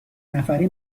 نفری